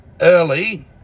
early